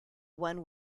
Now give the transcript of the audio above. one